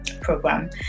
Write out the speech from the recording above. program